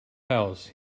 house